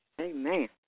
Amen